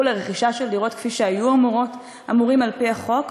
לרכישה של דירות כפי שהיו אמורים על-פי החוק.